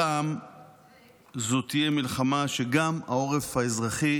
הפעם זו תהיה מלחמה שגם העורף האזרחי